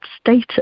status